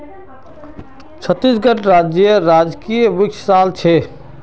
छत्तीसगढ़ राज्येर राजकीय वृक्ष साल छे